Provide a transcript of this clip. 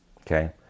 Okay